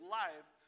life